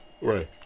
Right